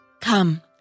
Come